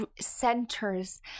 centers